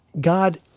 God